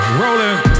rollin